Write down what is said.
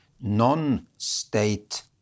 non-state